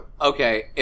Okay